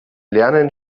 lernen